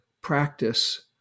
practice